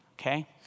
Okay